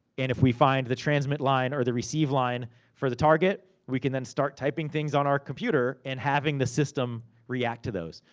and if we find the transmit line, or the receive line for the target, we can then start typing things on our computer, and having the system react to those.